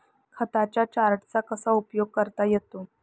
खात्यांच्या चार्टचा कसा उपयोग करता येतो?